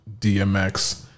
DMX